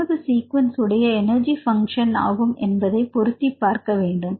நமது சீக்வென்ஸ் உடைய energy function ஆகும் என்பதை பொருத்திப் பார்க்க வேண்டும்